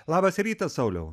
labas rytas sauliau